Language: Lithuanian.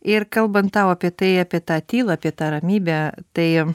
ir kalbant tau apie tai apie tą tylą apie tą ramybę tai